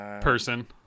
Person